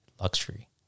luxury